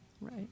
Right